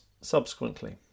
subsequently